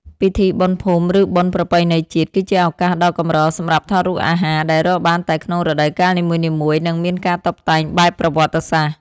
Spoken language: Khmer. ពិធីបុណ្យភូមិ ឬបុណ្យប្រពៃណីជាតិ គឺជាឱកាសដ៏កម្រសម្រាប់ថតរូបអាហារដែលរកបានតែក្នុងរដូវកាលនីមួយៗ និងមានការតុបតែងបែបប្រវត្តិសាស្ត្រ។